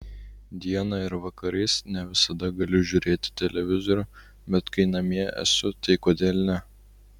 dieną ir vakarais ne visada galiu žiūrėti televizorių bet kai namie esu tai kodėl ne